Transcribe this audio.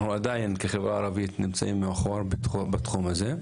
אנחנו עדיין כחברה ערבית נמצאים מאחור בתחום הזה.